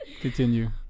Continue